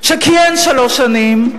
שכיהן שלוש שנים.